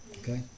okay